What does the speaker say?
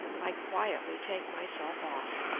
i quietly take myself off.